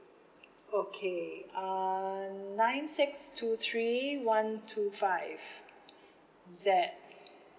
okay uh nine six two three one two five Z